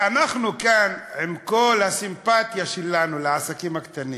אנחנו כאן, עם כל הסימפתיה שלנו לעסקים הקטנים,